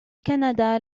كندا